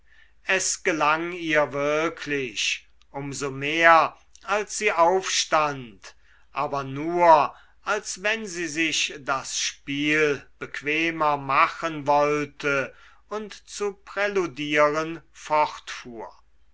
es gelang ihr wirklich um so mehr als sie aufstand aber nur als wenn sie sich das spiel bequemer machen wollte und zu präludieren